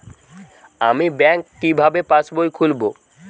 আমি ব্যাঙ্ক কিভাবে পাশবই খুলব?